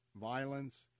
violence